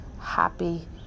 happy